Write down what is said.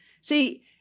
see